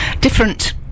different